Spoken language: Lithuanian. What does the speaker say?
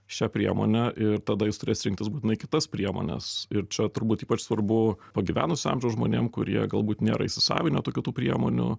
šia priemone ir tada jis turės rinktis būtinai kitas priemones ir čia turbūt ypač svarbu pagyvenusio amžiaus žmonėm kurie galbūt nėra įsisavinę tokių tų priemonių